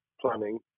planning